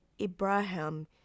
Ibrahim